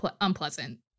unpleasant